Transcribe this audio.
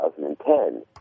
2010